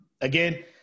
Again